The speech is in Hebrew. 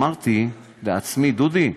אמרתי לעצמי: דודי,